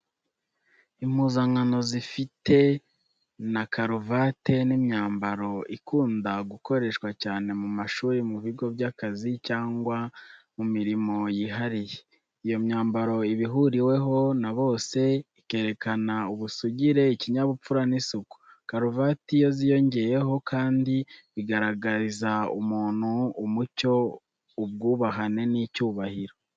Impuzankano zifite na karuvate ni imyambaro ikunda gukoreshwa cyane mu mashuri, mu bigo by’akazi cyangwa mu mirimo yihariye. Iyo myambaro iba ihuriweho na bose, ikerekana ubusugire, ikinyabupfura n’isuku. Karuvate iyo ziyongeyeho kandi bigaragariza umuntu umucyo, ubwubahane n’icyubahiro.